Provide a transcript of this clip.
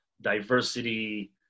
diversity